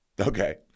Okay